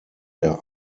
der